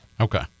Okay